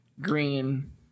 green